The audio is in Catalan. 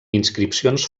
inscripcions